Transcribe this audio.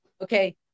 Okay